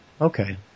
Okay